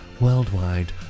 worldwide